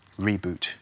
reboot